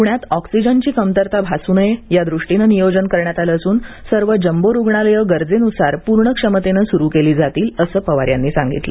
पुण्यात ऑक्सिजनची कमतरता भासू नये यादृष्टीनं नियोजन करण्यात आलं असून सर्व जम्बो रुग्णालये गरजेनुसार पूर्ण क्षमतेनं सुरु केली जातील असं पवार यांनी सांगितलं